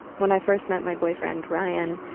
when i first met my boyfriend, ryan,